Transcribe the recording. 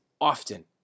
often